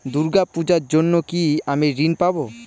দূর্গা পূজার জন্য কি আমি ঋণ পাবো?